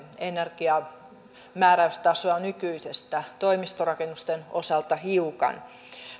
energiamääräystasoa nykyisestä toimistorakennusten osalta hiukan